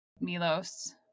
Milos